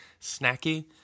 snacky